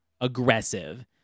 aggressive